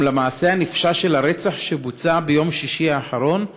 למעשה הנפשע של הרצח שבוצע ביום שישי האחרון,